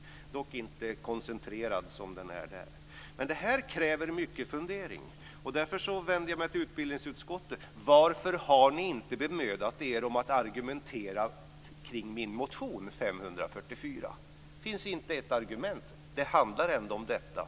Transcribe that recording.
Verksamheten är dock inte koncentrerad, som den är där. Detta kräver många funderingar. Därför vänder jag mig till utbildningsutskottet. Varför har ni inte bemödat er om att argumentera kring min motion Ub544? Det finns inte ett argument. Den handlar ändå om detta.